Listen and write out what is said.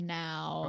now